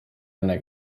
enne